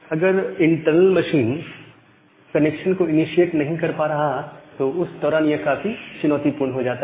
अगर internal machine connection को initiate नहीं कर रहा है तो उस दौरान यह काफी चुनौतीपूर्ण हो जाता है